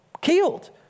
killed